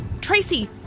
Tracy